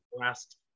last